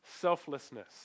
selflessness